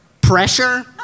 pressure